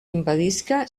impedisca